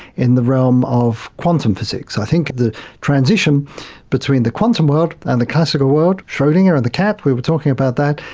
in the realm of quantum physics. i think the transition between the quantum world and the classical world, schrodinger and the cat, we were talking about that,